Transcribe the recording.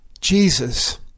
Jesus